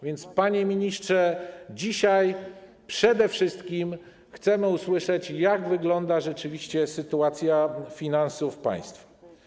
Więc, panie ministrze, dzisiaj przede wszystkim chcemy usłyszeć, jak wygląda rzeczywiście sytuacja finansów państwa.